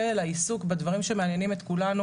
של העיסוק בדברים שמעניינים את כולנו.